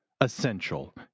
essential